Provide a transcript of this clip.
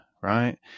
right